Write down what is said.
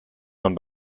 man